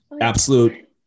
absolute